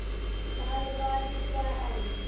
महलबाडी क्या हैं?